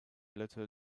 little